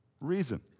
reason